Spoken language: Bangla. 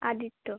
আদিত্য